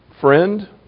friend